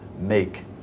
make